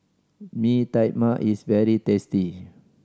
Mee Tai Mak is very tasty